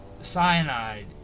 cyanide